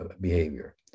behavior